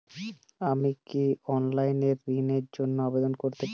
আমি কি অনলাইন এ ঋণ র জন্য আবেদন করতে পারি?